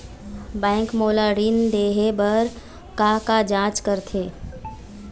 Bank मोला ऋण देहे बार का का जांच करथे?